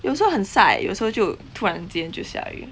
有时候很晒有时候就突然间就下雨